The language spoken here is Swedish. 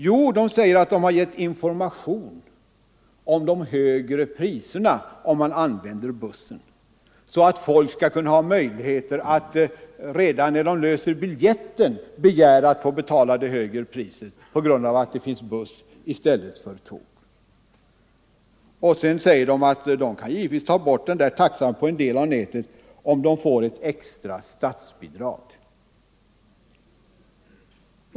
Jo, att SJ har lämnat information om de högre priserna om man använder bussen, så att folk har möjlighet att redan när de löser biljetten begära att få betala det högre priset på grund av att det finns buss i stället för tåg. Sedan säger SJ att man givetvis kan ta bort denna taxa på en del av nätet om man får ett extra statsbidrag.